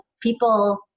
people